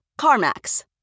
Carmax